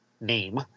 name